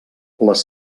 les